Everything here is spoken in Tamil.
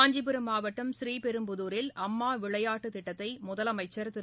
காஞ்சிபுரம் மாவட்டம் ஸ்ரீபெரும்புதூரில் அம்மா விளையாட்டு திட்டத்தை முதலமைச்சர் திரு